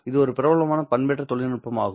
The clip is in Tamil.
இது ஒரு பிரபலமான பண்பேற்ற தொழில்நுட்பமாகும்